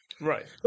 right